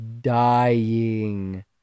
dying